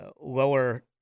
lower